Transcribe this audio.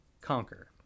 Conquer